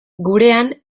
gurean